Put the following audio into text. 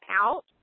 out